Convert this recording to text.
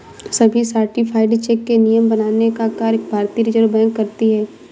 सभी certified cheque के नियम बनाने का कार्य भारतीय रिज़र्व बैंक करती है